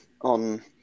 on